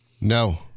No